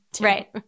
Right